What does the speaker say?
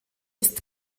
ist